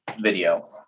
video